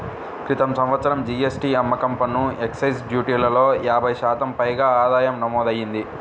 క్రితం సంవత్సరం జీ.ఎస్.టీ, అమ్మకం పన్ను, ఎక్సైజ్ డ్యూటీలలో యాభై శాతం పైగా ఆదాయం నమోదయ్యింది